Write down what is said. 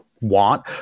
want